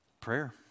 Prayer